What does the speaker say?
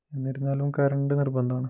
എന്നിരുന്നാലും കരണ്ട് നിർബന്ധാണ്